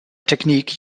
technique